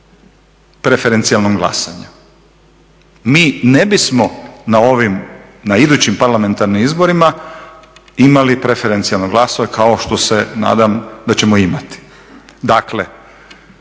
preferencijalnom glasanju. Mi ne bismo na ovim, na idućim parlamentarnim izborima imali preferencijalno glasovanje kao što se nadam da ćemo imati. Dakle,